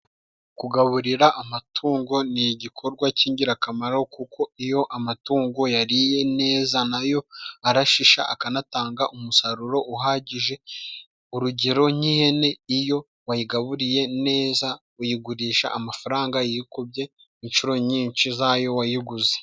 Kugaburira amatungo ni igikorwa cy'ingirakamaro，kuko iyo amatungo yariye neza， nayo arashisha akanatanga umusaruro uhagije， urugero nk'ihene，iyo wayigaburiye neza， uyigurisha amafaranga yikubye inshuro nyinshi z’ayo wayiguze.